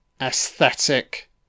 aesthetic